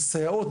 שכר הסייעות,